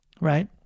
right